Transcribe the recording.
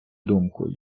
думку